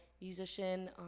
musician